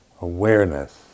awareness